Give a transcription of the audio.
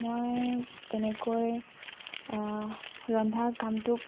মই তেনেকৈ ৰন্ধা কামটোক